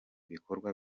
bikorwa